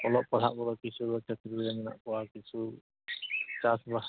ᱚᱞᱚᱜ ᱯᱟᱲᱦᱟᱜ ᱠᱚᱫᱚ ᱠᱤᱪᱷᱩ ᱫᱚ ᱪᱟᱹᱠᱨᱤ ᱨᱮ ᱢᱮᱱᱟᱜ ᱠᱚᱣᱟ ᱠᱤᱪᱷᱩ ᱪᱟᱥᱼᱵᱟᱥ